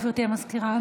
גברתי סגנית המזכירה,